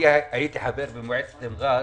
הייתי חבר מועצת מע'אר